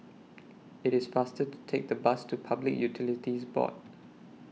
IT IS faster to Take The Bus to Public Utilities Board